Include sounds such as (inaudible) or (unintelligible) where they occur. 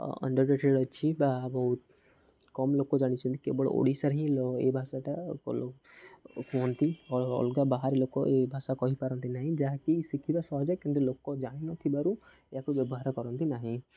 (unintelligible) ଅଛି ବା ବହୁତ କମ୍ ଲୋକ ଜାଣିଛନ୍ତି କେବଳ ଓଡ଼ିଶାରେ ହିଁ ଏ ଭାଷାଟା କୁହନ୍ତି ଅଲଗା ବାହାରେ ଲୋକ ଏ ଭାଷା କହିପାରନ୍ତି ନାହିଁ ଯାହାକି ଶିଖିବା ସହଜ କିନ୍ତୁ ଲୋକ ଜାଣିିନଥିବାରୁ ଏହାକୁ ବ୍ୟବହାର କରନ୍ତି ନାହିଁ